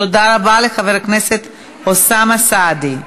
תודה רבה לחבר הכנסת אוסאמה סעדי.